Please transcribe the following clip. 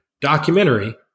documentary